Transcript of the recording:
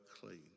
clean